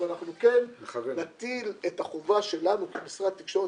אבל אנחנו כן נטיל את החובה שלנו כמשרד תקשורת